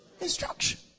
instruction